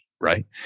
right